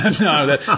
No